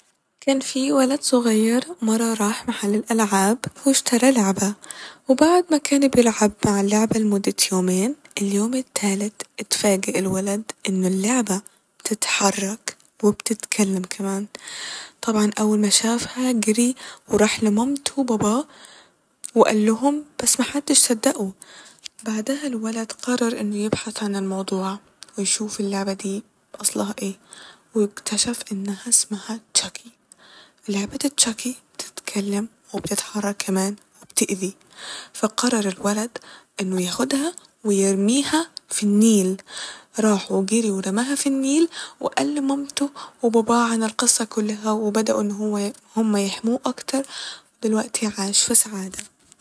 كان في ولد صغير مرة راح محل الالعاب واشترى لعبة وبعد ما كان بيلعب مع اللعبة لمدة يومين ، اليوم التالت اتفاجئ الولد إنه اللعبة بتتحرك وبتتكلم كمان طبعا أول ما شفاها جري وراح لمامته وباباه وقالهم بس محدش صدقه ، بعدها الولد قرر إنه يبحث عن الموضوع ويشوف اللعبة دي أصلها ايه واكتشف انها اسمها تشاكي ولعبة تشاكي بتتكلم وبتتحرك كمان وبتأذي ف قرر الولد إنه ياخدها ويرميها ف النيل ، راح وجري ورماها ف النيل وقال لمامته وباباه عن القصة كلها وبدأو إن هو هما يحموه أكتر ودلوقتي عاش ف سعادة